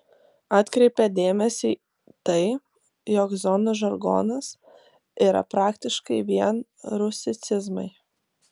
atkreipia dėmesį tai jog zonos žargonas yra praktiškai vien rusicizmai